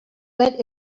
bet